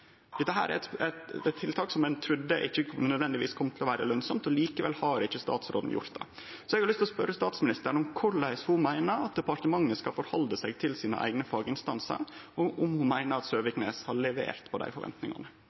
Dette er eit tiltak som ein trudde ikkje nødvendigvis kom til å vere lønsamt, og likevel har ikkje statsråden gjort det. Eg har lyst til å spørje statsministeren om korleis ho meiner at departementet skal stille seg til sine eigne faginstansar, og om ho meiner at Søviknes har levert på dei forventningane.